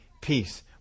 peace